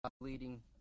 leading